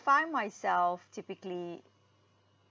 find myself typically